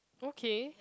okay